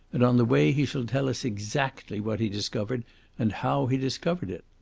and on the way he shall tell us exactly what he discovered and how he discovered it.